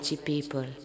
people